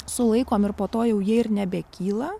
sulaikom ir po to jau jie ir nebekyla